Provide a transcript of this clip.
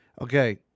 Okay